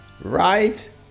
Right